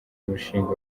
umushinga